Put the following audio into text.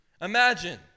Imagine